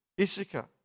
Issachar